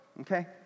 Okay